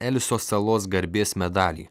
eliso salos garbės medalį